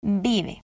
Vive